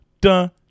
dun